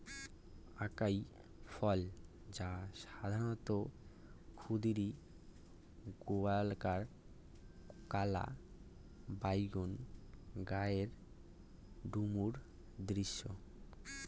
আকাই ফল, যা সাধারণত ক্ষুদিরী, গোলাকার, কালা বাইগোন গাবের ডুমুর সদৃশ